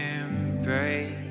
embrace